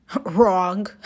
Wrong